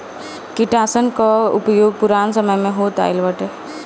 कीटनाशकन कअ उपयोग बहुत पुरान समय से होत आइल बाटे